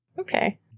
okay